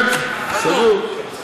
כן, סגור.